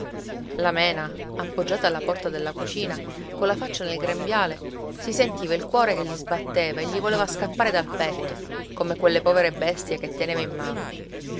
la mena appoggiata alla porta della cucina colla faccia nel grembiale si sentiva il cuore che gli sbatteva e gli voleva scappare dal petto come quelle povere bestie che teneva in mano